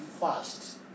fast